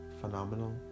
phenomenal